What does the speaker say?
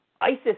ISIS